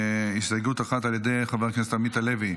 הסתייגות אחת של חבר הכנסת עמית הלוי,